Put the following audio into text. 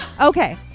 Okay